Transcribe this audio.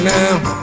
Now